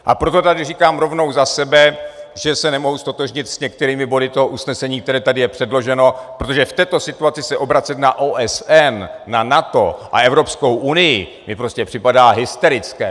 A proto tady říkám rovnou za sebe, že se nemohu ztotožnit s některými body toho usnesení, které tady je předloženo, protože v této situaci se obracet na OSN, na NATO a Evropskou unii mi prostě připadá hysterické!